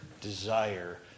desire